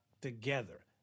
together